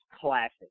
classic